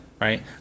right